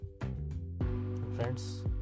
friends